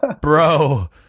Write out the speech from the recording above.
Bro